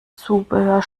zubehör